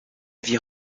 vie